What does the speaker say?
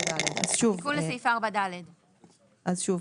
אז שוב,